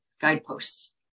guideposts